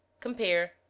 Compare